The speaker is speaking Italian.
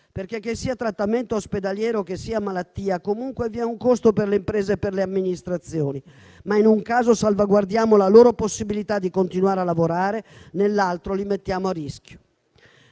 perché, che sia trattamento ospedaliero o che sia malattia, comunque vi è un costo per le imprese e per le amministrazioni; ma in un caso salvaguardiamo la loro possibilità di continuare a lavorare, nell'altro li mettiamo a rischio.